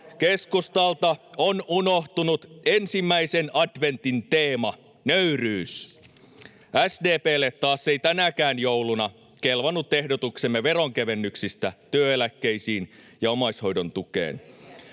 Keskustalta on unohtunut ensimmäisen adventin teema, nöyryys. SDP:lle taas ei tänäkään jouluna kelvannut ehdotuksemme veronkevennyksistä työeläkkeisiin ja omaishoidon tukeen,